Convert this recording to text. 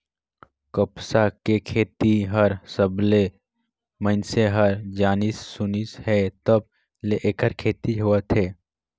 कपसा के खेती हर सबलें मइनसे हर जानिस सुनिस हे तब ले ऐखर खेती होवत हे